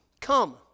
Come